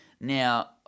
Now